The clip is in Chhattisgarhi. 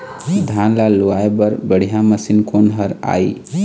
धान ला लुआय बर बढ़िया मशीन कोन हर आइ?